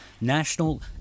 national